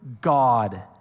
God